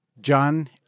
John